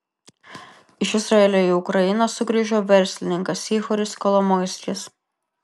iš izraelio į ukrainą sugrįžo verslininkas ihoris kolomoiskis